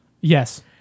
Yes